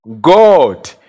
God